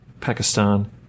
Pakistan